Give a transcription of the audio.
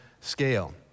scale